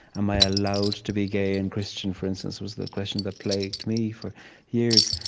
am i allowed to be gay and christian? for instance, was the question that plagued me for years.